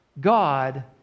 God